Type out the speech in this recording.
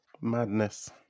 Madness